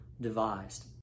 devised